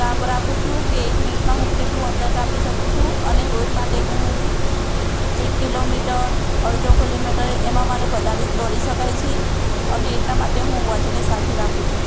કાપ રાખું છું કે એક મિનિટમાં હું કેટલું અંતર કાપી શકું છું અને રોજ માટેનું હું એક કિલોમીટર અડધો કિલોમીટર એમાં મારે વધારે જ દોડી શકાય છે અને એટલા માટે હું વૉચને સાથે રાખું છું